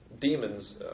demons